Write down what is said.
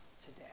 today